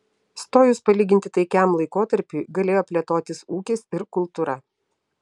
stojus palyginti taikiam laikotarpiui galėjo plėtotis ūkis ir kultūra